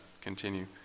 continue